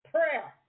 Prayer